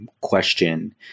question